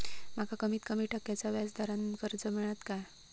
माका कमीत कमी टक्क्याच्या व्याज दरान कर्ज मेलात काय?